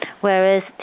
Whereas